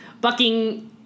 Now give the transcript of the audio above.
bucking